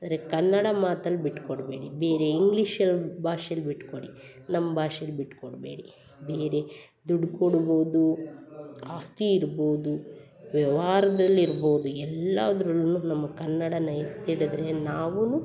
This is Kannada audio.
ಆದರೆ ಕನ್ನಡ ಮಾತಲ್ಲಿ ಬಿಟ್ಕೊಡ್ಬೇಡಿ ಬೇರೆ ಇಂಗ್ಲೀಷಲ್ಲಿ ಭಾಷೆಯಲ್ಲಿ ಬಿಟ್ಕೊಡಿ ನಮ್ಮ ಭಾಷೆಯಲ್ಲಿ ಬಿಟ್ಕೊಡ್ಬೇಡಿ ಬೇರೆ ದುಡ್ಡು ಕೊಡ್ಬೋದು ಆಸ್ತಿ ಇರ್ಬೋದು ವ್ಯವಹಾರದಲ್ಲಿ ಇರ್ಬೋದು ಎಲ್ಲದ್ರಲ್ಲೂ ನಮ್ಮ ಕನ್ನಡನ ಎತ್ತಿ ಹಿಡ್ದ್ರೆ ನಾವೂ